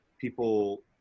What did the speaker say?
people